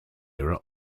era